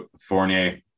Fournier